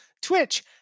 Twitch